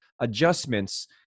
adjustments